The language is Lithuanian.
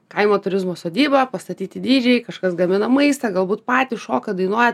kaimo turizmo sodybą pastatyti dydžiai kažkas gamina maistą galbūt patys šoka dainuoja